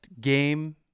game